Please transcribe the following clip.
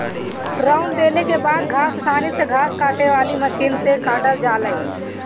रौंद देले के बाद घास आसानी से घास काटे वाली मशीन से काटा जाले